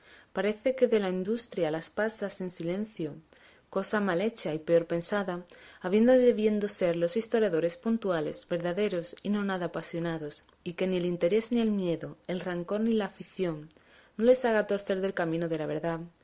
parece que de industria las pasa en silencio cosa mal hecha y peor pensada habiendo y debiendo ser los historiadores puntuales verdaderos y no nada apasionados y que ni el interés ni el miedo el rancor ni la afición no les hagan torcer del camino de la verdad